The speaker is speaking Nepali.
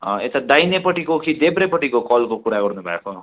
यता दाहिनेपट्टिको कि देब्रेपट्टिको कलको कुरा गर्नु भएको